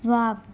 wow